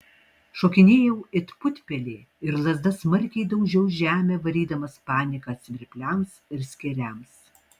šokinėjau it putpelė ir lazda smarkiai daužiau žemę varydamas paniką svirpliams ir skėriams